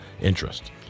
interest